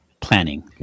planning